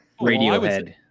Radiohead